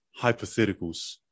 hypotheticals